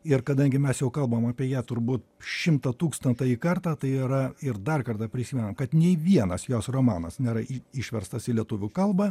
ir kadangi mes jau kalbam apie ją turbū šimtą tūkstantąjį kartą tai yra ir dar kartą prisimenam kad nei vienas jos romanas nėra išverstas į lietuvių kalbą